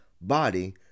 body